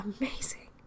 amazing